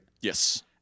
Yes